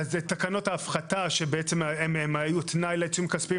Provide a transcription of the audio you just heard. תקנות ההפחתה שהיו תנאי לעיצומים כספיים,